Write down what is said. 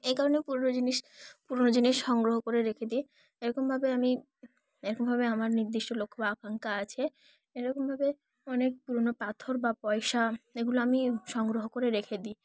এই কারণে পুরনো জিনিস পুরনো জিনিস সংগ্রহ করে রেখে দিই এরকমভাবে আমি এরকমভাবে আমার নির্দিষ্ট লক্ষ্য বা আকাঙ্ক্ষা আছে এরকমভাবে অনেক পুরনো পাথর বা পয়সা এগুলো আমি সংগ্রহ করে রেখে দিই